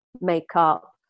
makeup